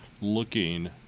looking